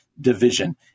division